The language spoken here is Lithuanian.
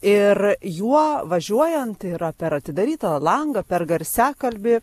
ir juo važiuojant tai yra per atidarytą langą per garsiakalbį